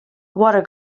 water